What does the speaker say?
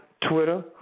Twitter